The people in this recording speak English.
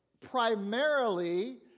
primarily